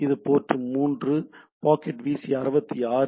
இது port 3 packet VCI 66